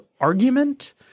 argument